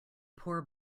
poor